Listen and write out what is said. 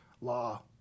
law